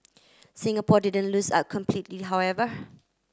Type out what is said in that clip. Singapore didn't lose a completely however